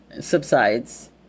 subsides